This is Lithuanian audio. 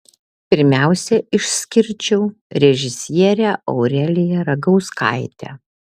pirmiausia išskirčiau režisierę aureliją ragauskaitę